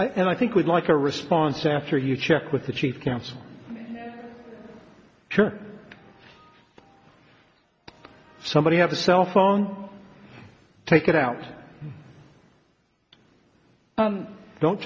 i and i think we'd like a response after you check with the chief counsel sure somebody have a cell phone take it out don't